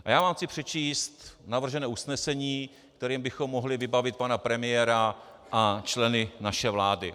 Chci vám přečíst navržené usnesení, kterým bychom mohli vybavit pana premiéra a členy naší vlády: